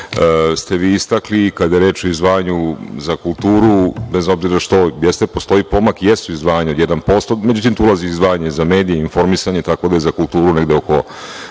ste vi istakli i kada je reč o izdvajanju za kulturu, bez obzira što postoji pomak, jesu izdvajanja od 1%. Međutim, tu ulazi izdvajanje za medije, informisanje, tako da je za kulturu negde oko